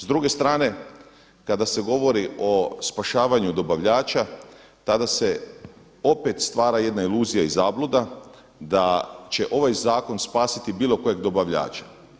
S druge strane, kada se govori o spašavanju dobavljača tada se opet stvara jedna iluzija i zabluda da će ovaj zakon spasiti bilo kojeg dobavljača.